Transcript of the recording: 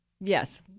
yes